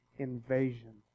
invasion